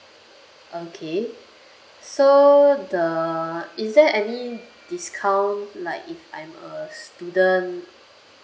okay so the is there any discount like if I'm a student